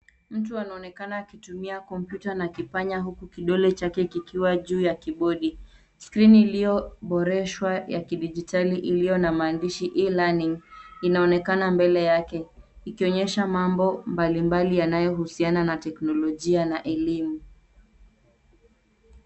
Mtu anaonekana akitumia kompyuta na kipanya huku kidole chake kikiwa juu ya kibodi. Skrini iliyoboreshwa ya kidijitali iliyo na maandishi e learning inaonekana mbele yake ikionyesha mambo mbalimbali yanayohusiana na teknolojia na elimu.